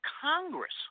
Congress